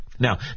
Now